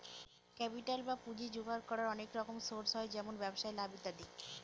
capital বা পুঁজি জোগাড় করার অনেক রকম সোর্স হয় যেমন ব্যবসায় লাভ ইত্যাদি